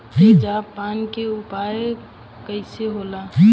तेजाब पान के उपचार कईसे होला?